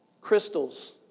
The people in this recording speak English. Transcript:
Crystals